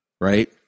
right